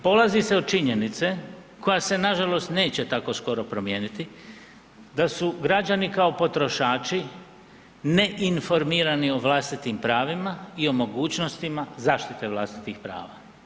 Polazi se od činjenice koja se nažalost neće tako skoro promijeniti da su građani kao potrošači ne informirani o vlastitim pravima i o mogućnostima zaštite vlastitih prava.